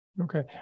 Okay